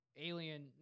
alien